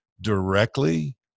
directly